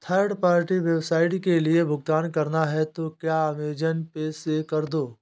third party website के लिए भुगतान करना है तो क्या अमेज़न पे से कर दो